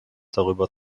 darüber